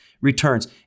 returns